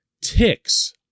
ticks